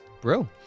Bro